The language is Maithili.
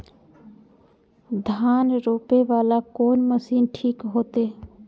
धान रोपे वाला कोन मशीन ठीक होते?